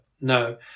no